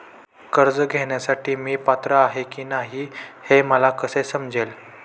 कर्ज घेण्यासाठी मी पात्र आहे की नाही हे मला कसे समजेल?